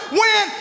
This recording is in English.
win